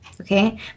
Okay